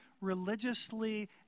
religiously